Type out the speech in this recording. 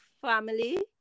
family